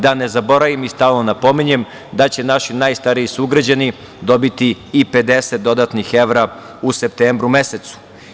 Da ne zaboravim, i stalno napominjem, da će naši najstariji sugrađani dobiti i 50 dodatnih evra u septembru mesecu.